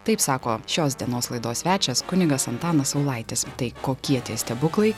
taip sako šios dienos laidos svečias kunigas antanas saulaitis tai kokie tie stebuklai